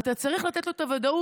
אתה צריך לתת את הוודאות